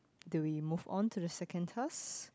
do we move on to the second task